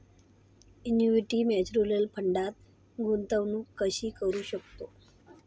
Equity mutual फंडात गुंतवणूक कशी करू शकतो?